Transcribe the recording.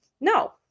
No